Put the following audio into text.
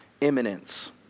imminence